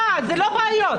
אלה לא בעיות,